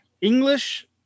English